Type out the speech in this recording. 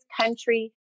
country